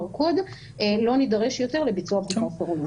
Code לא נידרש יותר לביצוע בדיקות סרולוגיות.